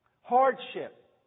Hardship